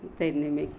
तैरने में